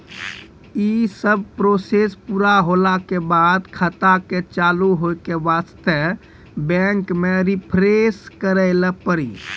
यी सब प्रोसेस पुरा होला के बाद खाता के चालू हो के वास्ते बैंक मे रिफ्रेश करैला पड़ी?